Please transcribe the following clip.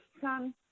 son